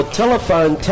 telephone